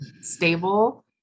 stable